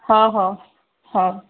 हा हा हा